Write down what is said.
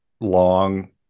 long